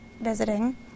visiting